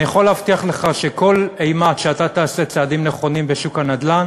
אני יכול להבטיח לך שכל אימת שאתה תעשה צעדים נכונים בשוק הנדל"ן